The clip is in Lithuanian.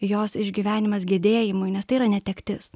jos išgyvenimas gedėjimui nes tai yra netektis